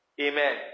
Amen